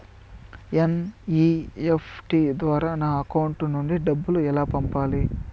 NEFT ద్వారా నా account నుండి డబ్బులు ఎలా పంపాలి